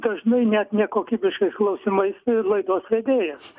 dažnai net nekokybiškais klausimais laidos vedėjas